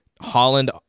Holland